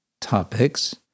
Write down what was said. topics